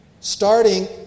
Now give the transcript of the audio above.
Starting